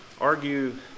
argue